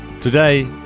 Today